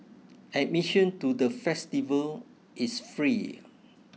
admission to the festival is free